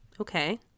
Okay